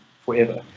forever